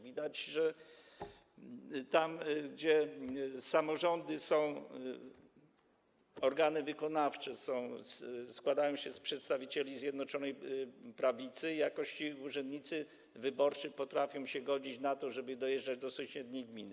Widać, że tam, gdzie samorządy, ich organy wykonawcze składają się z przedstawicieli Zjednoczonej Prawicy, jakoś ci urzędnicy wyborczy potrafią się godzić na to, żeby dojeżdżać do sąsiedniej gminy.